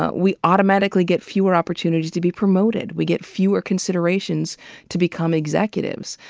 ah we automatically get fewer opportunities to be promoted, we get fewer considerations to become executives.